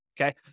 okay